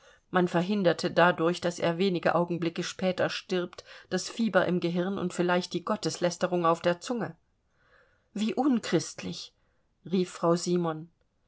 man verhinderte dadurch daß er wenige augenblicke später stirbt das fieber im gehirn und vielleicht die gotteslästerung auf der zunge wie unchristlich rief frau simon